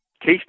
Case